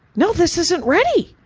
no, this isn't ready!